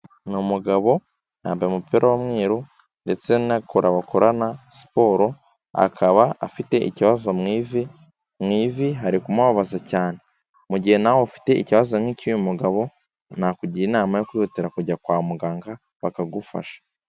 Ni umugabo yambaye umupira w'umweru ndetse na kora bakorana siporo, akaba afite ikibazo mu ivi, mu ivi hari kumubabaza cyane, mu gihe nawe ufite ikibazo nk'icy'uyu mugabo nakugira inama yo kwihutira kujya kwa muganga bakagufasha.